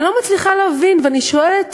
אני לא מצליחה להבין, ואני שואלת